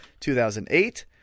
2008